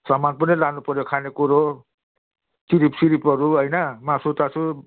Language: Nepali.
सामान पनि लानुपर्यो खानेकुरो चिरिपसिरिपहरू होइन मासुतासु